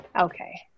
Okay